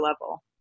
level